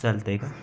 चालतं आहे का